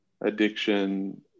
addiction